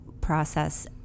process